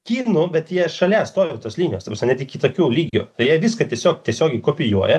kinų bet jie šalia stovi jau tos linijos net iki tokių lygio tai jie viską tiesiog tiesiogiai kopijuoja